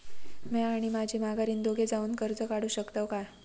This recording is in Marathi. म्या आणि माझी माघारीन दोघे जावून कर्ज काढू शकताव काय?